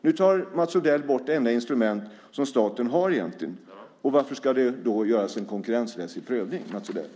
Nu tar Mats Odell bort det enda instrument som staten egentligen har. Varför ska det då göras en konkurrensrättslig prövning, Mats Odell?